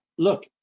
look